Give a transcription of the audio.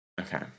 okay